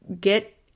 get